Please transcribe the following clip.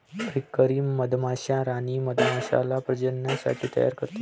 फ्रीकरी मधमाश्या राणी मधमाश्याला प्रजननासाठी तयार करते